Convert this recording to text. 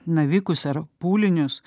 navikus ar pūlinius